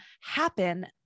happen